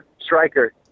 Stryker